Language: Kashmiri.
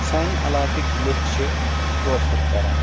سانہِ علاقٕکۍ لُکھ چھِ کٲشُر کران